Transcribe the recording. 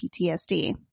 PTSD